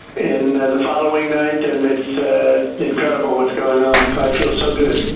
in the following night and incredible what's going on i feel so good.